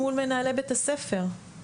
מול מנהלי בית הספר,